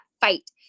fight